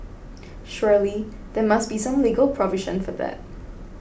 surely there must be some legal provision for that